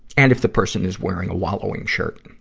and if the person is wearing a wallowing shirt.